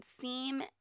seam